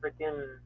freaking